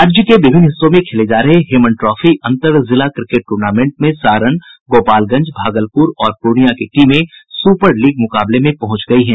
राज्य के विभिन्न हिस्सों में खेले जा रहे हेमन ट्रॉफी अंतर जिला क्रिकेट टूर्नामेंट में सारण गोपालगंज भागलपुर और पूर्णियां की टीमें सुपर लीग में पहुंच गयी है